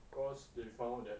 cause they found that